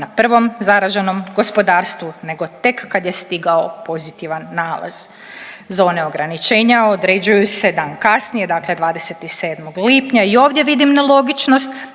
na prvom zaraženom gospodarstvu nego tek kad je stigao pozitivan nalaz. Zone ograničenja određuju se dan kasnije, dakle 27. lipnja i ovdje vidim nelogičnost